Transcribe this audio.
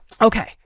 Okay